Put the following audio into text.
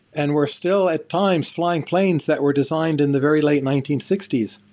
and we're still, at times, flying planes that were designed in the very late nineteen sixty s.